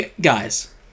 guys